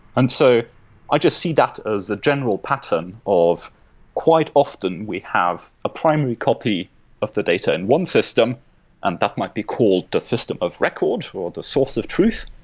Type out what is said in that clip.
and so i just see that as a general pattern of quite often we have a primary copy of the data in one system and that might be called the system of records, or the source of truth.